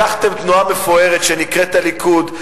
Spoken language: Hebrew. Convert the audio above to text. לקחתם תנועה מפוארת שנקראת הליכוד,